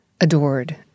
adored